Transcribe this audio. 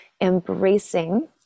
embracing